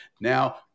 Now